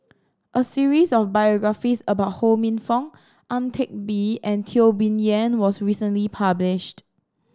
a series of biographies about Ho Minfong Ang Teck Bee and Teo Bee Yen was recently published